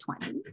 20